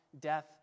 death